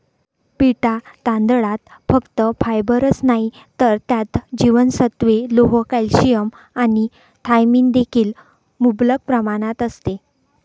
पिटा तांदळात फक्त फायबरच नाही तर त्यात जीवनसत्त्वे, लोह, कॅल्शियम आणि थायमिन देखील मुबलक प्रमाणात असते